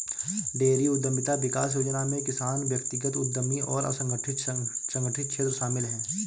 dairy उद्यमिता विकास योजना में किसान व्यक्तिगत उद्यमी और असंगठित संगठित क्षेत्र शामिल है